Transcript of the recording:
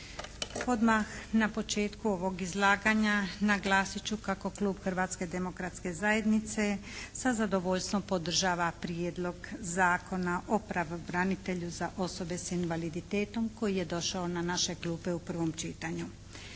Odmah na početku ovog izlaganja naglasit ću kako klub Hrvatske demokratske zajednice sa zadovoljstvom podržava Prijedlog zakona o pravobranitelju za osobe s invaliditetom koji je došao na naše klupe u prvom čitanju.